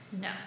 No